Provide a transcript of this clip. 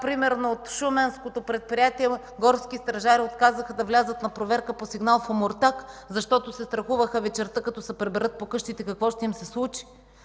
стражари от шуменското предприятие отказаха да влязат на проверка по сигнал в Омуртаг, защото се страхуваха вечерта, като се приберат по къщите, какво ще им се случи.